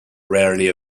rarely